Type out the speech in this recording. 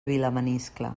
vilamaniscle